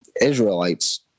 Israelites